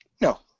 No